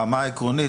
עקרונית,